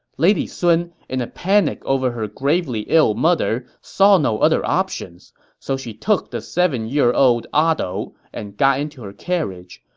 lady sun, in a panic over her gravely ill mother, saw no other options. so she took the seven year old ah dou and got into her carriage.